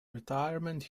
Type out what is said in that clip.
retirement